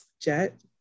jet